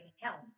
health